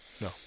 No